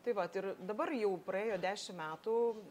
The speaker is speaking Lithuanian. tai vat ir dabar jau praėjo dešim metų